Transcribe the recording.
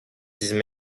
disent